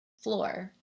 floor